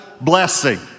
blessing